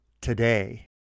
today